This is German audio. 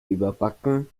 überbacken